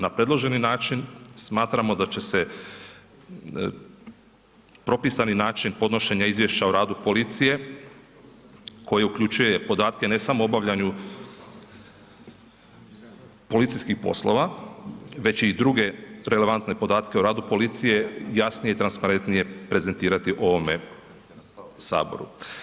Na predloženi način smatramo da će se propisani način podnošenja izvješća o radu policije koji uključuje podatke ne samo o obavljanju policijskih poslova već i druge relevantne podatke o radu policije, jasnije i transparentnije prezentirati ovome saboru.